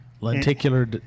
Lenticular